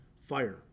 fire